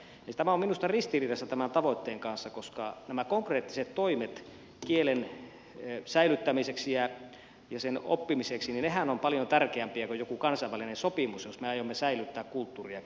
tämä on minusta ristiriidassa tämän tavoitteen kanssa koska nämä konkreettiset toimet kielen säilyttämiseksi ja sen oppimiseksi ovat paljon tärkeämpiä kuin jokin kansainvälinen sopimus jos me aiomme säilyttää kulttuurin ja kielen